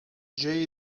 jay